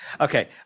Okay